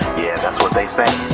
that's what they say